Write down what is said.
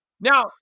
now